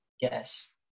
Yes